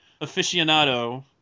aficionado